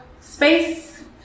space